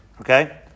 Okay